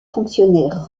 fonctionnaires